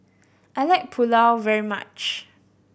I like Pulao very much